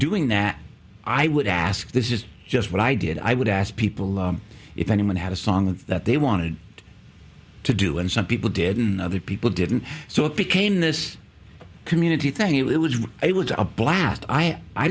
doing that i would ask this is just what i did i would ask people if anyone had a song that they wanted to do and some people didn't other people didn't so it became this community thing it was it was a blast i